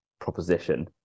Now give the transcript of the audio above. proposition